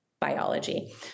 biology